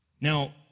Now